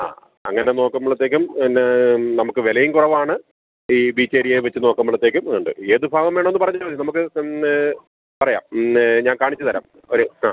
ആ അങ്ങനെ നോക്കുമ്പോഴത്തേക്കും എന്നാൽ നമുക്ക് വിലയും കുറവാണ് ഈ ബീച്ചേരിയ വെച്ച് നോക്കുമ്പോഴത്തേക്കും ഉണ്ട് ഏത് ഭാഗം വേണമെന്ന് പറഞ്ഞാൽ മതി നമുക്ക് തന്നെ പറയാൻ ഇന്ന് ഞാൻ കാണിച്ച് തരാം ഒരു ആ